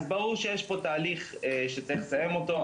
אז ברור שיש פה תהליך שצריך לסיים אותו,